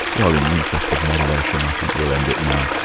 well, in the interest of moderation, i think we'll end it now.